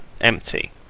empty